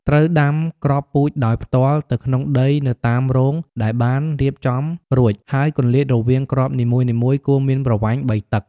ត្រូវដាំគ្រាប់ពូជដោយផ្ទាល់ទៅក្នុងដីនៅតាមរងដែលបានរៀបចំរួចហើយគម្លាតរវាងគ្រាប់នីមួយៗគួរមានប្រវែង ៣ តឹក។